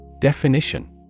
Definition